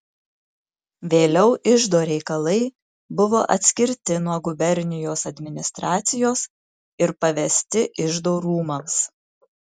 vėliau iždo reikalai buvo atskirti nuo gubernijos administracijos ir pavesti iždo rūmams